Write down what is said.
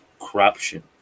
corruption